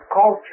culture